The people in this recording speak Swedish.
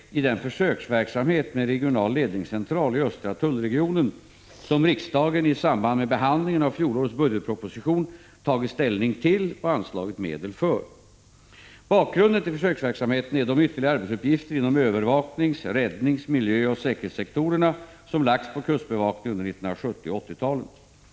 1985/86:155 med regional ledningscentral i Östra tullregionen som riksdagen i samband 29 maj 1986 med behandlingen av fjolårets budgetproposition tagit ställning till och anslagit medel för. Bakgrunden till försöksverksamheten är de ytterligare arbetsuppgifter inom övervaknings-, räddnings-, miljöoch säkerhetssektorerna som lagts på kustbevakningen under 1970 och 1980-talen.